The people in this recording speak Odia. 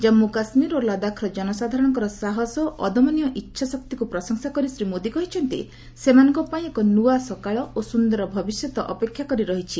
ଜାମ୍ଗୁ କାଶ୍ମୀର ଓ ଲଦାଖର ଜନସାଧାରଣଙ୍କର ସାହସ ଓ ଅଦମନୀୟ ଇଚ୍ଛାଶକ୍ତିକୁ ପ୍ରଶଂସା କରି ଶ୍ରୀ ମୋଦି କହିଚ୍ଚନ୍ତି ସେମାନଙ୍କ ପାଇଁ ଏକ ନୂଆ ସକାଳ ଓ ସୁନ୍ଦର ଭବିଷ୍ୟତ ଅପେକ୍ଷା କରି ରହିଛି